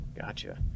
Gotcha